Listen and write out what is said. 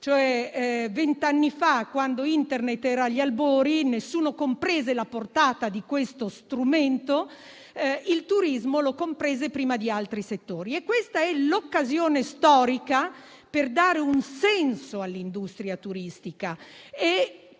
Vent'anni fa, quando Internet era agli albori, nessuno comprese la portata di questo strumento, ma il turismo lo comprese prima di altri settori; questa è l'occasione storica per dare un senso all'industria turistica.